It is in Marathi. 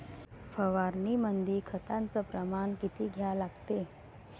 फवारनीमंदी खताचं प्रमान किती घ्या लागते?